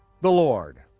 the lord.